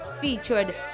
featured